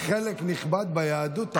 זה חלק נכבד ביהדות.